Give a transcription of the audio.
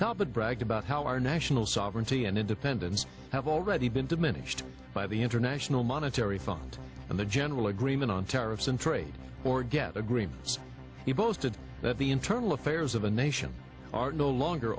of brag about how our national sovereignty and independence have already been diminished by the international monetary fund and the general agreement on tariffs and trade forget agreements he boasted that the internal affairs of a nation are no longer